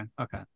Okay